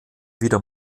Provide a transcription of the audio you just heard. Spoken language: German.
wieder